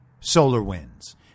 SolarWinds